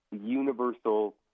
universal